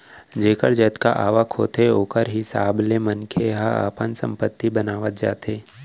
जेखर जतका आवक होथे ओखर हिसाब ले मनखे ह अपन संपत्ति बनावत जाथे